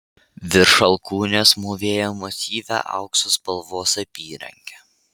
virš alkūnės mūvėjo masyvią aukso spalvos apyrankę